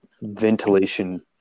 ventilation